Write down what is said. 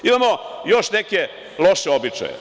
Imamo još neke loše običaje.